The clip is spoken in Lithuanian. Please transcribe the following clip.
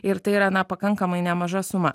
ir tai yra na pakankamai nemaža suma